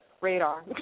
radar